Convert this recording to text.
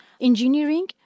engineering